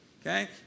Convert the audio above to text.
okay